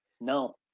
No